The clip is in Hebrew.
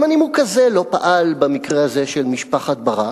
גם הנימוק הזה לא פעל במקרה הזה של משפחת ברק.